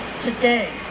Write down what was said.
today